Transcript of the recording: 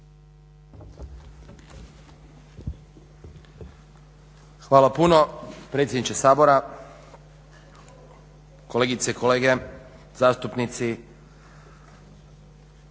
Hvala puno predsjedniče Sabora, kolegice i kolege zastupnici.